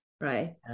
right